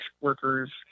workers –